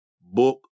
book